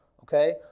Okay